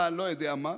אני לא יודע מה,